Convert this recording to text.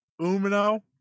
Umino